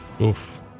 Oof